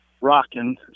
rocking